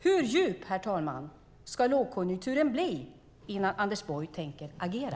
Hur djup, herr talman, ska lågkonjunkturen bli innan Anders Borg tänker agera?